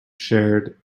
shared